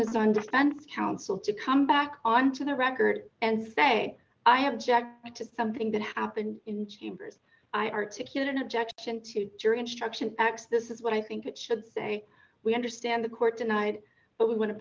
is on defense counsel to come back on for the record and say i have checked it something that happened in chambers i articulate an objection to your instruction x this is what i think it should say we understand the court denied but we want to